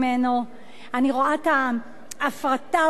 אני רואה את ההפרטה האובססיבית הזאת של